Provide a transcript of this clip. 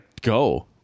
go